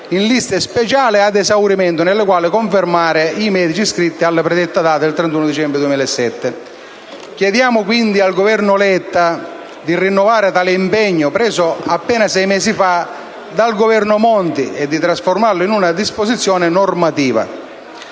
in liste speciali ad esaurimento nelle quali confermare i medici iscritti alla predetta data del 31 dicembre 2007». Chiediamo quindi al Governo Letta di rinnovare tale impegno, preso appena sei mesi fa dal Governo Monti, e di trasformarlo in una disposizione normativa.